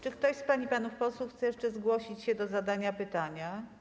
Czy ktoś z pań i panów posłów chce jeszcze zgłosić się do zadania pytania?